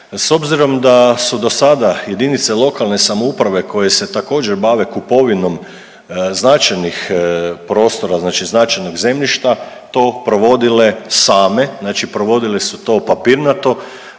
S obzirom da su do sada jedinice lokalne samouprave koje se također bave kupovinom značajnih prostora, znači značajnog zemljišta to provodile same. Znači provodile su to papirnato,